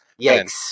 yikes